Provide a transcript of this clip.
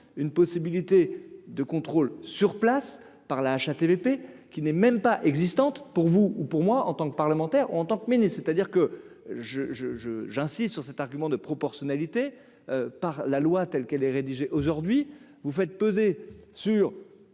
une possibilité. De contrôle sur place par la HATVP, qui n'est même pas existantes pour vous ou pour moi en tant que parlementaire, en tant que c'est-à-dire que je, je, je, j'insiste sur cet argument de proportionnalité par la loi telle qu'elle est rédigée, aujourd'hui vous faites peser sur